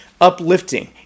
uplifting